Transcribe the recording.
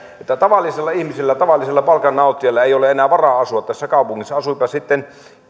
että tavallisilla ihmisillä tavallisilla palkannauttijoilla ei ole enää varaa asua tässä kaupungissa asuipa sitten